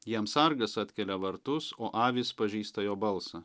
jam sargas atkelia vartus o avys pažįsta jo balsą